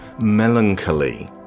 melancholy